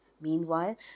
Meanwhile